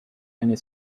eine